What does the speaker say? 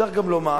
צריך גם לומר,